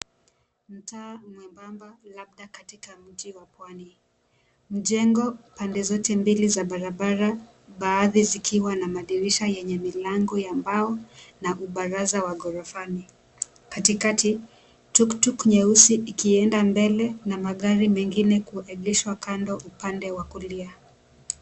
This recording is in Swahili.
Mtaa mwembamba labda katika mji wa pwani. Mjengo pande zote za barabara baadhi zikiwa na madirisha yenye milango ya mbao na vibaraza wa ghorofani. Katikati tuktuk nyeusi ikienda mbele na magari mengine kuegeshwa kando upande wa kulia.